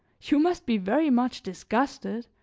you must be very much disgusted,